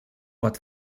pot